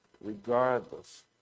regardless